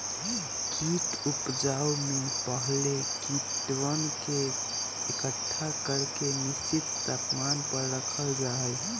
कीट उपजाऊ में पहले कीटवन के एकट्ठा करके निश्चित तापमान पर रखल जा हई